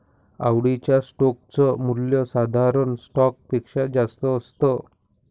आवडीच्या स्टोक च मूल्य साधारण स्टॉक पेक्षा जास्त असत